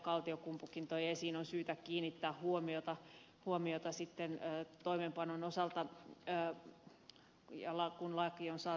kaltiokumpukin toi esiin on syytä kiinnittää huomiota sitten toimeenpanon osalta kun laki on saatu voimaan